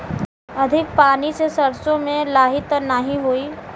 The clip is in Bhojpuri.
अधिक पानी से सरसो मे लाही त नाही होई?